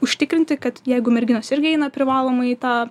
užtikrinti kad jeigu merginos irgi eina privalomai į tą